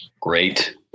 Great